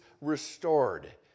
restored